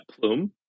plume